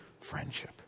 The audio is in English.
friendship